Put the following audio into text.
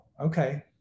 okay